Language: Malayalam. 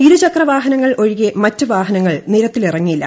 ഇരുചക്രവാഹനങ്ങൾ ഒഴികെ മറ്റ് വാഹനങ്ങൾ നിരത്തിലിറങ്ങിയില്ല